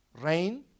rain